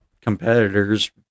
competitors